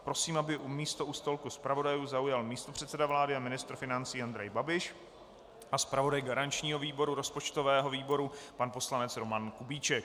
Prosím, aby místo u stolku zpravodajů zaujal místopředseda vlády a ministr financí Andrej Babiš a zpravodaj garančního výboru, rozpočtového výboru, pan poslanec Roman Kubíček.